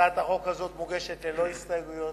הצעת החוק הזאת מוגשת ללא הסתייגויות,